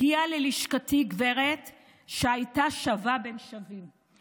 הגיעה ללשכתי גברת שהייתה שווה בין שווים,